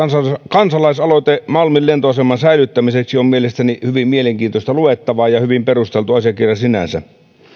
kansalaisaloite malmin lentoaseman säilyttämiseksi on mielestäni hyvin mielenkiintoista luettavaa ja hyvin perusteltu asiakirja sinänsä